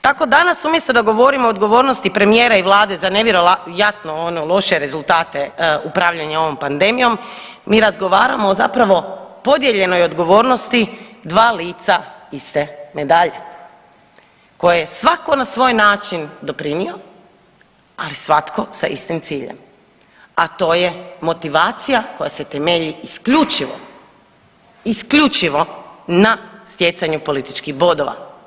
Tako danas umjesto da govorimo o odgovornosti premijera i vlade za nevjerojatno ono loše rezultate upravljanja ovom pandemijom mi razgovaramo o zapravo podijeljenoj odgovornosti 2 lica iste medalje kojoj je svako na svoj način doprinio, ali svatko sa istim ciljem, a to je motivacija koja se temelji isključivo, isključivo na stjecanju političkih bodova.